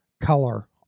color